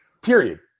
period